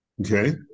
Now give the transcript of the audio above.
Okay